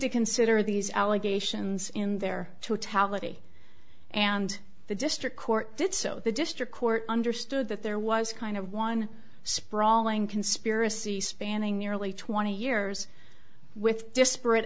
to consider these allegations in their totality and the district court did so the district court understood that there was kind of one sprawling conspiracy spanning nearly twenty years with disparate